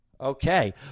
Okay